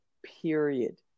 period